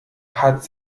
hat